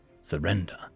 surrender